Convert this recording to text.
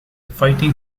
fighting